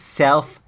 self